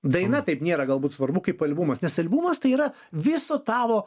daina taip nėra galbūt svarbu kaip albumas nes albumas tai yra viso tavo